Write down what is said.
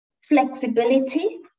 flexibility